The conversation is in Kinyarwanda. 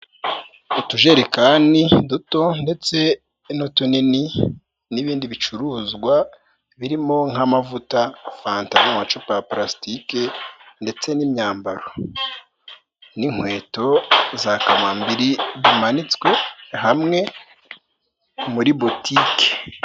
Utujerekani duto ndetse n'utunini n'ibindi bicuruzwa birimo nk'amavuta, fanta n'amacupa ya plastike ndetse n'imyambaro, n'inkweto za kamambiri bimanitswe hamwe muri botique.